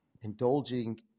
indulging